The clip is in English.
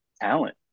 talent